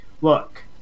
Look